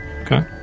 Okay